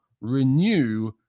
renew